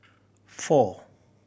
four